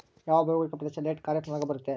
ಯಾವ ಭೌಗೋಳಿಕ ಪ್ರದೇಶ ಲೇಟ್ ಖಾರೇಫ್ ನೊಳಗ ಬರುತ್ತೆ?